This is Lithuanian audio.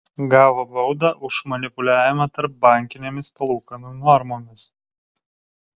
gavo baudą už manipuliavimą tarpbankinėmis palūkanų normomis